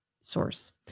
source